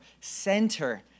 center